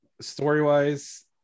story-wise